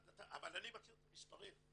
אבל אני מכיר את המספרים.